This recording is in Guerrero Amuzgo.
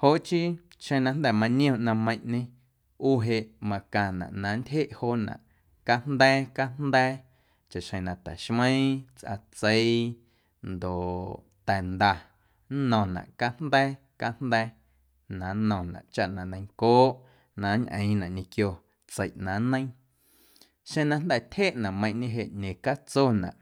joꞌ chii xeⁿ na jnda̱ maniom ꞌnaⁿꞌmeiⁿꞌñe ꞌu jeꞌ macaⁿnaꞌ na nntyjeꞌ joonaꞌ cajnda̱a̱ cajnda̱a̱ chaꞌxjeⁿ na ta̱xmeiiⁿ, tsꞌatseii ndoꞌ ta̱nda nno̱ⁿnaꞌ cajnda̱a̱ cajnda̱a̱ na nno̱ⁿnaꞌ chaꞌ na neiⁿncooꞌ na nñꞌeeⁿnaꞌ tseiꞌ na nneiiⁿ xeⁿ na jnda̱ tyjeꞌ nameiⁿꞌñe jeꞌ ñecatsonaꞌ.